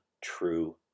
true